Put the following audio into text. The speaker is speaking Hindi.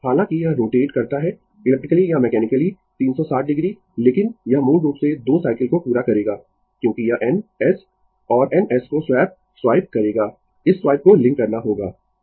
हालांकि यह रोटेट करता है इलेक्ट्रिकली या मैकेनिकली 360 डिग्री लेकिन यह मूल रूप से 2 साइकिल को पूरा करेगा क्योंकि यह N S और N S को स्वैप स्वाइप करेगा इस स्वाइप को लिंक करना होगा